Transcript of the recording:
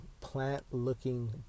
plant-looking